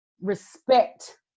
respect